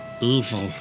evil